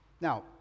Now